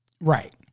right